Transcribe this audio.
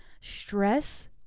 stress